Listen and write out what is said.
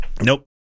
Nope